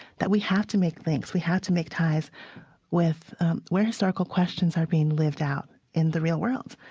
that we have to make links. we have to make ties with where historical questions are being lived out in the real world.